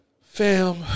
Fam